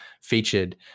featured